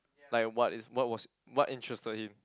like what is what was what interested him